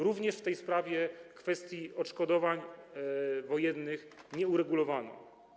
Również w tej sprawie kwestii odszkodowań wojennych nie uregulowano.